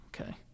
okay